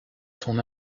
son